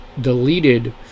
deleted